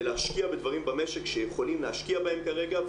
להשקיע בדברים במשק שיכולים להשקיע בהם כרגע,